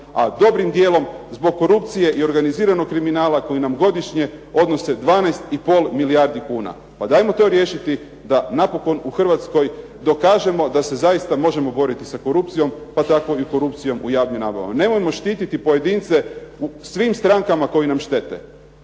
dobrim dijelom zbog korupcije i organiziranog kriminala koji nam godišnje odnose 12,5 milijardi kuna, ajmo to riješiti da napokon u Hrvatskoj pokažemo da se zaista možemo boriti sa korupcijom pa tako i korupcijom u javnim nabavama. Nemojmo štititi pojedince u svim strankama koje nam štete.